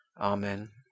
Amen